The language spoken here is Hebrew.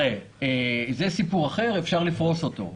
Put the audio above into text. זה סיפור אחר ואפשר ולפרוש אותו.